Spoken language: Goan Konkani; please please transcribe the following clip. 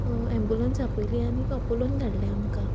एम्बुलंस आपयली आनीक आपोलोंत धाडलें आमकां